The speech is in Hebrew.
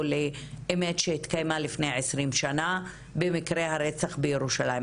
לאמת שהתקיימה לפני 20 שנה במקרה הרצח בירושלים.